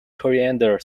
coriander